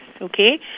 okay